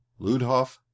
Ludhoff